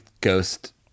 ghost